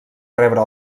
rebre